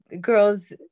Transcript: girls